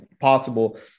possible